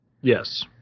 Yes